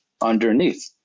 underneath